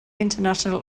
international